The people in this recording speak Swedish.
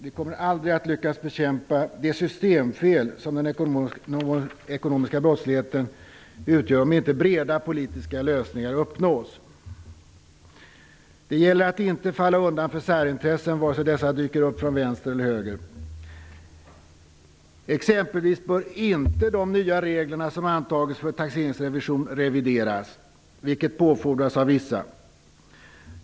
Vi kommer aldrig att lyckas bekämpa det systemfel som den ekonomiska brottsligheten utgör om inte breda politiska lösningar uppnås. Det gäller att inte falla undan för särintressen, vare sig dessa dyker upp från vänster eller höger. Exempelvis bör de nya regler som antagits för taxeringsrevision inte revideras, vilket påfordras av vissa.